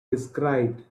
described